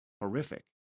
horrific